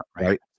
Right